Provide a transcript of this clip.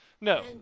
no